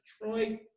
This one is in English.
Detroit